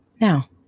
Now